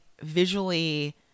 visually